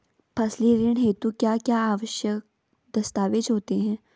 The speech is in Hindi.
फसली ऋण हेतु क्या क्या आवश्यक दस्तावेज़ होते हैं?